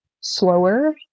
slower